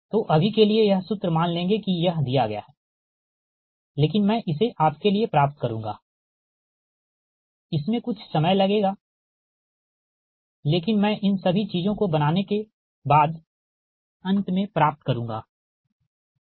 तो अभी के लिए यह सूत्र मान लेंगे कि यह दिया गया है लेकिन मैं इसे आपके लिए प्राप्त करुंगा इसमें कुछ समय लगेगा लेकिन मैं इन सभी चीजों को बनाने के बाद अंत में प्राप्त करुंगा लॉस का सूत्र ठीक